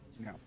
No